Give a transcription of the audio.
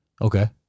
Okay